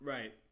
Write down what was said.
Right